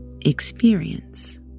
experience